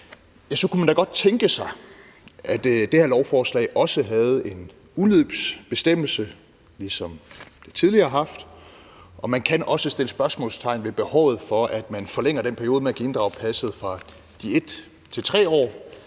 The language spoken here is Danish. kunne man da godt tænke sig, at det her lovforslag også havde en udløbsbestemmelse, ligesom det tidligere har haft. Og man kan også sætte spørgsmålstegn ved, at der er behov for at forlænge den periode, hvor man kan inddrage passet, fra 1 til 3 år.